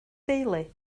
deulu